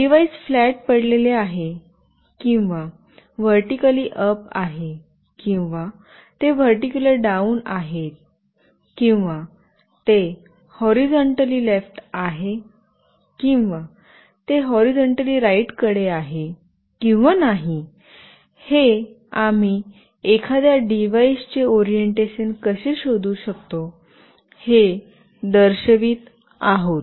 device flat पडलेले आहे किंवा व्हर्टीकली अप आहे किंवा ते व्हर्टीकली डाउन आहे किंवा ते हॉरीझॉन्टली लेफ्ट आहे किंवा ते हॉरीझॉन्टली राइट कडे आहे किंवा नाही हे आम्ही एखाद्या डिव्हाइसचे ओरिएंटेशन कसे शोधू शकतो हे दर्शवित आहोत